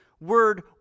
word